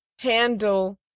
handle